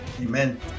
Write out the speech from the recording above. Amen